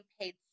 paid